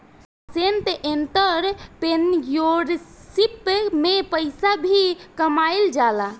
nascent entrepreneurship में पइसा भी कामयिल जाला